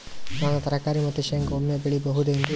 ನಾನು ತರಕಾರಿ ಮತ್ತು ಶೇಂಗಾ ಒಮ್ಮೆ ಬೆಳಿ ಬಹುದೆನರಿ?